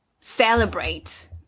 celebrate